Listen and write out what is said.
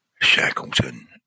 Shackleton